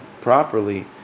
properly